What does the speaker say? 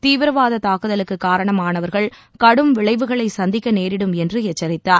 தீவிரவாத தாக்குதலுக்கு காரணமானவர்கள் கடும் விளைவுகளை சந்திக்க நேரிடும் என்று எச்சரித்தார்